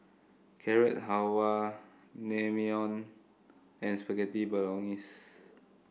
Carrot Halwa Naengmyeon and Spaghetti Bolognese